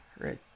right